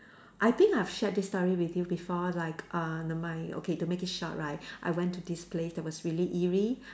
I think I've shared this story with you before like uh the my okay to make it short right I went to this place that was really eerie